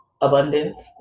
abundance